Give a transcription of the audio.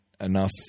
enough